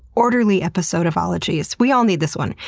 orderly episode of ologies. we all need this one.